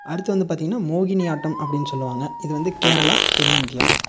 அடுத்து வந்து பாத்தீங்கன்னா மோகினி ஆட்டம் அப்டின்னு சொல்லுவாங்க இது வந்து கேரளா தென்னிந்தியா